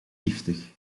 giftig